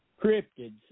cryptids